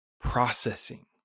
processing